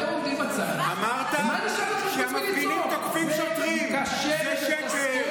טענת שהמפגינים תקפו שוטרים, זה שקר,